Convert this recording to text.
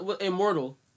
Immortal